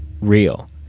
real